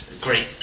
great